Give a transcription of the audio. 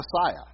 Messiah